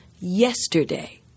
yesterday